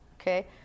Okay